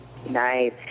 Nice